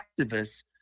activists